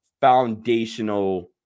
foundational